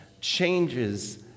changes